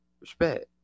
Respect